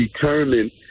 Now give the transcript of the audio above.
determined